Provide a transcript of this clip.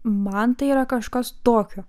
man tai yra kažkas tokio